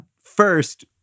First